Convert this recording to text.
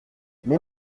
mais